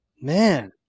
man